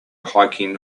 hiking